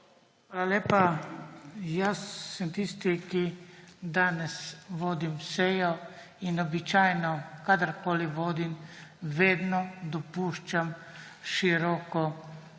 Hvala lepa. Jaz sem tisti, ki danes vodim sejo. Običajno, kadarkoli vodim, vedno dopuščam široko